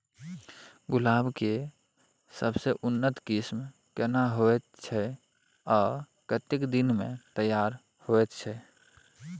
गुलाब के सबसे उन्नत किस्म केना होयत छै आ कतेक दिन में तैयार होयत छै?